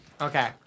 Okay